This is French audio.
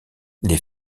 les